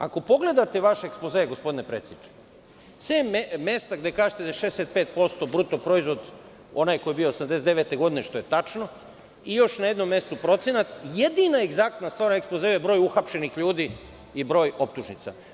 Ako pogledate vaš ekspoze, gospodine predsedniče, sem mesta gde kažete da je 65% bruto proizvod onaj koji je bio 1989. godine, što je tačno, i još na jednom mestu procenat, jedina egzaktna stvar u ekspozeu je broj uhapšenih ljudi i broj optužnica.